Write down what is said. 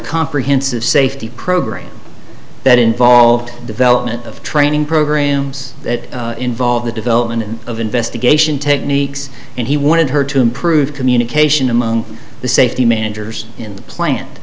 comprehensive safety program that involved development of training programs that involve the development of investigation techniques and he wanted her to improve communication among the safety managers in the plant